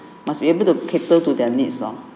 must be able to cater to their needs oh